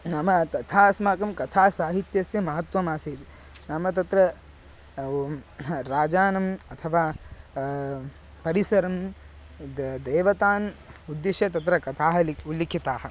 नाम तथा अस्माकं कथासाहित्यस्य महत्त्वमासीत् नाम तत्र राजानाम् अथवा परिसरं देवः देवतान् उद्दिश्य तत्र कथाः लिखिताः उल्लिखिताः